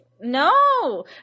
No